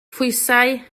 phwysau